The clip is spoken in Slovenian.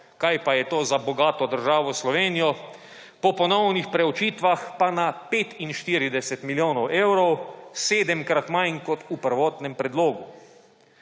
kaj pa je to za bogato državo Slovenijo, po ponovnih preučitvah pa na 45 milijonov evrov, sedemkrat manj kot v prvotnem predlogu.